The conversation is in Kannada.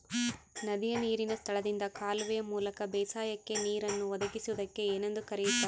ನದಿಯ ನೇರಿನ ಸ್ಥಳದಿಂದ ಕಾಲುವೆಯ ಮೂಲಕ ಬೇಸಾಯಕ್ಕೆ ನೇರನ್ನು ಒದಗಿಸುವುದಕ್ಕೆ ಏನೆಂದು ಕರೆಯುತ್ತಾರೆ?